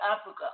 Africa